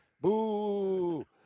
boo